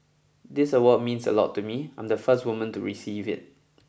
this award means a lot to me I'm the first woman to receive it